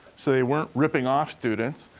so they weren't ripping off students.